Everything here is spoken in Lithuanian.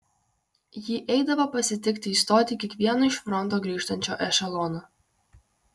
ji eidavo pasitikti į stotį kiekvieno iš fronto grįžtančio ešelono